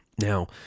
Now